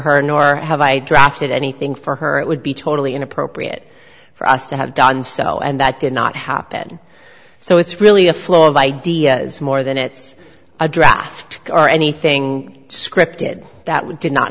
her nor have i drafted anything for her it would be totally inappropriate for us to have done so and that did not happen so it's really a flow of ideas more than it's a draft or anything scripted that we did not